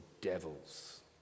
devils